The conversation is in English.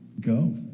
Go